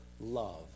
love